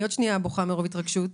אני עוד שנייה בוכה מרוב התרגשות.